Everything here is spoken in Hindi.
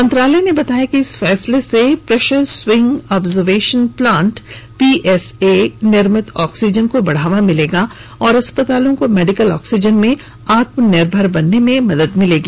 मंत्रालय ने बताया कि इस फैसले से pressure swing absorption plant PSA निर्मित ऑक्सीजन को बढ़ावा मिलेगा और अस्पतालों को मेडिकल ऑक्सीजन में आत्मनिर्भर बनने में मदद मिलेगी